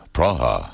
Praha